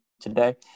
today